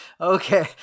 Okay